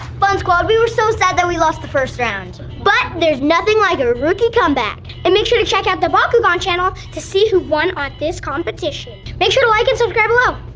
fun squad, we were so sad that we lost the first round. but there's nothing like a rookie come back! and make sure to check out the bakugan channel to see who won on this competition. make sure to like and subscribe below.